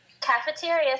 Cafeteria